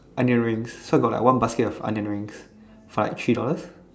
onion rings so got like one basket of onion rings for like three dollars